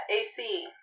AC